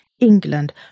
England